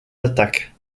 attaques